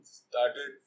started